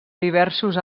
diversos